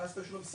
חס ושלום,